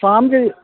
सामकें